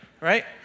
right